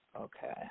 Okay